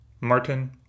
Martin